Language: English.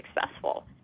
successful